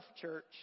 church